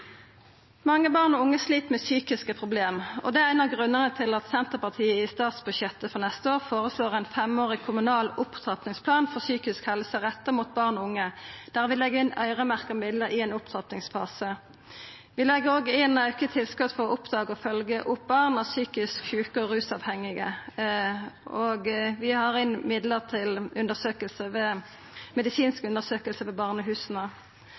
Mange barn og unge slit med psykiske problem. Det er ein av grunnane til at Senterpartiet i statsbudsjettet for neste år føreslår ein femårig kommunal opptrappingsplan for psykisk helse retta inn mot barn og unge, der vi legg inn øyremerkte midlar i ein opptrappingsfase. Vi legg òg inn auka tilskot til å oppdaga og følgja opp barn av psykisk sjuke og rusavhengige, og vi har inne midlar til medisinsk undersøking ved